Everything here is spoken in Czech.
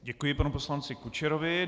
Děkuji panu poslanci Kučerovi.